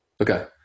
Okay